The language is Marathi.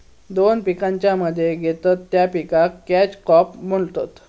दोन पिकांच्या मध्ये घेतत त्या पिकाक कॅच क्रॉप बोलतत